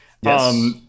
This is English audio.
Yes